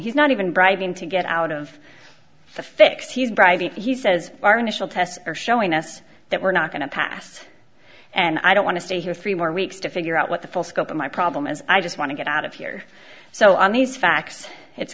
he's not even bribing to get out of the fix you driving he says our initial tests are showing us that we're not going to pass and i don't want to stay here three more weeks to figure out what the full scope of my problem is i just want to get out of here so on these facts it's